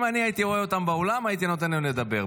אם הייתי רואה אותם באולם, הייתי נותן להם לדבר.